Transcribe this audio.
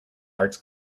arts